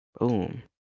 Boom